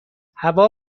هوا